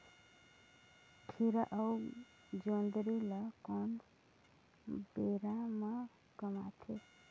खीरा अउ जोंदरी ल कोन बेरा म कमाथे?